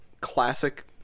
Classic